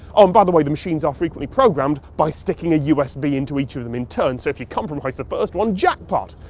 um by the way, the machines are frequently programmed by sticking a usb into each of them in turn, so if you compromise the first one, jackpot.